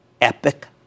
Epic